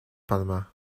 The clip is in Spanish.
palma